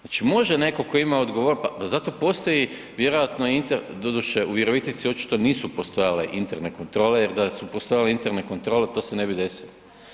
Znači može netko tko ima odgovornost, pa zato postoji, vjerojatno, doduše u Virovitici očito nisu postojale interne kontrole jer da su postojale interne kontrole, to se ne bi desilo.